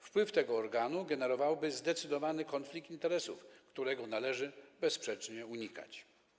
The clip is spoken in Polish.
Wpływ tego organu generowałby zdecydowany konflikt interesów, którego należy bezsprzecznie unikać.